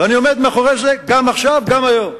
אני עומד מאחורי זה גם עכשיו, גם היום.